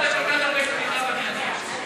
בבקשה, אדוני.